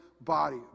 body